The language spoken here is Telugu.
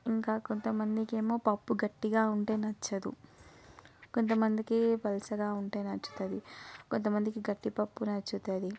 ఇంకా కొంత మందికి ఏమో పప్పు గట్టిగా ఉంటే నచ్చదు కొంత మందికి పలుచగా ఉంటే నచ్చుతుంది కొంత మందికి గట్టి పప్పు నచ్చుతుంది